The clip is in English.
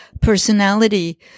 personality